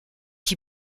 qui